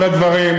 לדין?